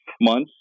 months